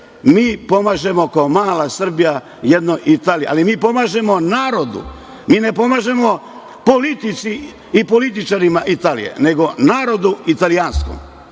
mi pomažemo kao mala Srbija jednoj Italiji. Ali, mi pomažemo narodu. Mi ne pomažemo politici i političarima Italije, nego narodu italijanskom.